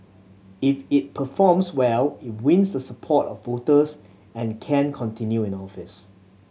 if it performs well it wins the support of voters and can continue in the office